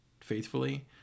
faithfully